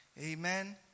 amen